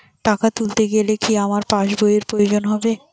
টাকা তুলতে গেলে কি আমার পাশ বইয়ের প্রয়োজন হবে?